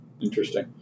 Interesting